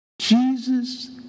Jesus